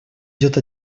идет